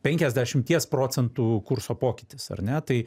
penkiasdešimties procentų kurso pokytis ar ne tai